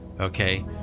okay